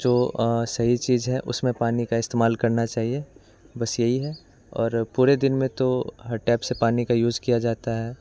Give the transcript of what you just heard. जो सही चीज़ है उसमें पानी का इस्तेमाल करना चाहिए बस यही है और पूरे दिन में तो हर टैप से पानी का यूज़ किया जाता है